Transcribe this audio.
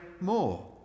more